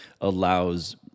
allows